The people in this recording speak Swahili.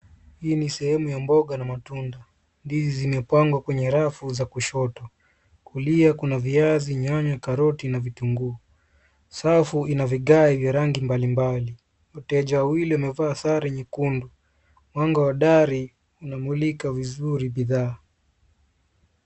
Hii ni sehemu ya mboga na matunda. Ndizi zimepangwa kwenye rafu za kushoto. Kulia kuna viazi, nyanya, karoti, na vitunguu. Safu ina vigae vya rangi mbali mbali. Wateja wawili wamevaa sare nyekundu. Mwanga hodari unamulika vizuri bidhaa.